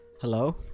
Hello